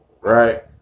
right